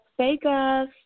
Vegas